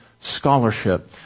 scholarship